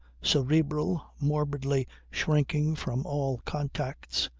cerebral, morbidly shrinking from all contacts,